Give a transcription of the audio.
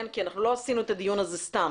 כי אנחנו לא עשינו את הדיון הזה סתם,